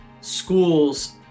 schools